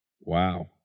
Wow